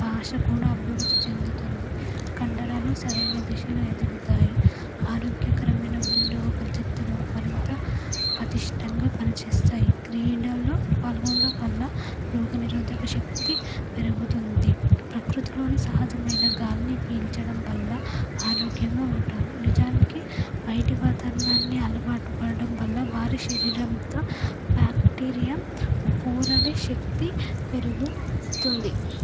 భాష కూడా అభివృద్ధి చెందుతుంది కండరాలు సరైన దిశలో ఎదుగుతాయి ఆరోగ్యకరమైన గుండె ఊపిరితిత్తులు మరింత పటిష్టంగా పనిచేస్తాయి క్రీడల్లో పాల్గొనడం వల్ల రోగనిరోధక శక్తి పెరుగుతుం ప్రకృతిలోని సహజమైన గాలిని పీల్చడం వలన ఆరోగ్యంగా ఉంటారు నిజానికి బయట వాతావరణాన్ని అలవాటు పడడం వల్ల వారీ శరీరంతో బ్యాక్టీరియా పోరాడే శక్తి పెరుగుతుంది